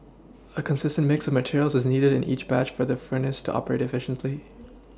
a consistent mix of materials is needed in each batch for the furnace to operate efficiently